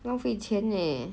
浪费钱呢